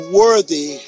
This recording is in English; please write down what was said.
worthy